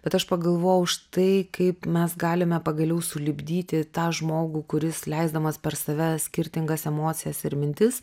bet aš pagalvojau štai kaip mes galime pagaliau sulipdyti tą žmogų kuris leisdamas per save skirtingas emocijas ir mintis